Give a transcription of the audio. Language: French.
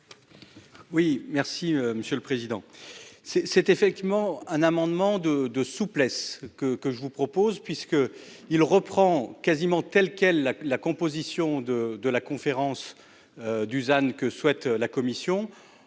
Oui, merci Monsieur le Président c'est c'est effectivement un amendement de de souplesse que que je vous propose, puisque il reprend quasiment telle quelle la la composition de de la conférence. Dusan que souhaite la Commission.